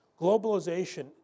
globalization